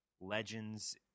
legends